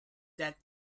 that